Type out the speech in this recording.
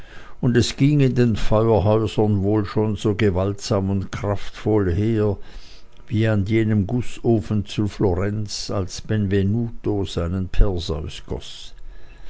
und es ging in den feuerhäusern wohl schon so gewaltsam und kraftvoll her wie an jenem gußofen zu florenz als benvenuto seinen perseus